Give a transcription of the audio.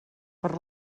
per